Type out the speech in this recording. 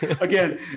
again